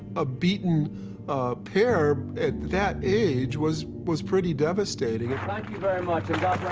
a beaten pair at that age was was pretty devastating. thank you very much, and god